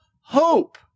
hope